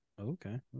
okay